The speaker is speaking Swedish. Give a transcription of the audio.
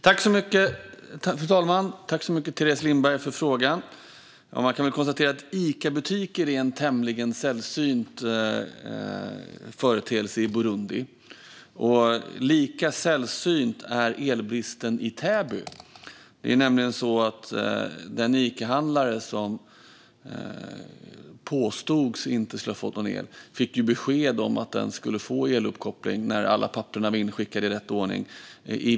Fru talman! Tack, Teres Lindberg, för frågan! Icabutiker är en tämligen sällsynt företeelse i Burundi. Lika sällsynt är elbristen i Täby. Den Icahandlare som det påstods inte skulle få el fick redan i vintras besked om att denne skulle få eluppkoppling när alla papper var inskickade i rätt ordning.